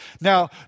Now